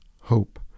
hope